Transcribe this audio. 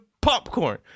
popcorn